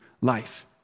life